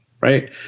right